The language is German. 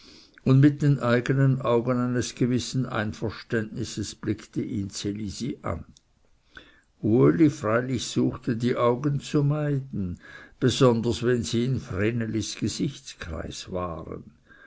und mit den eigenen augen eines gewissen einverständnisses blickte ihn ds elisi an uli freilich suchte die augen zu meiden besonders wenn sie in vrenelis gesichtskreis waren